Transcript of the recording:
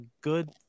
good